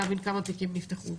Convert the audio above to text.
להבין כמה תיקים נפתחו,